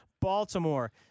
Baltimore